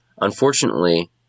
Unfortunately